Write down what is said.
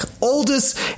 oldest